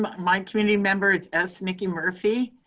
my community member is s. nikki murphy.